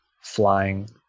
flying